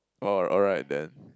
oh alright then